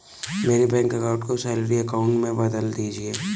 मेरे bank account को salary account में बदल दीजिए